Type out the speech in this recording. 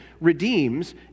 redeems